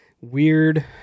Weird